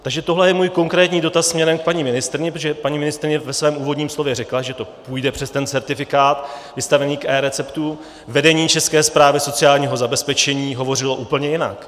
Takže tohle je můj konkrétní dotaz směrem k paní ministryni, protože paní ministryně ve svém úvodním slovu řekla, že to půjde přes ten certifikát vystavení k eReceptu, vedení České správy sociálního zabezpečení hovořilo úplně jinak.